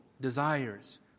desires